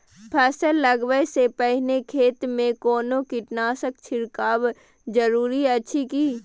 फसल लगबै से पहिने खेत मे कोनो कीटनासक छिरकाव जरूरी अछि की?